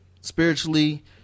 Spiritually